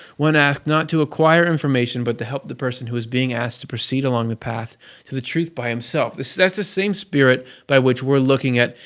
one asked not to acquire information but to help the person who is being asked to proceed along the path to the truth by himself. so that's the same spirit by which we're looking at,